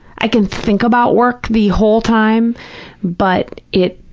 i can think about work the whole time but it,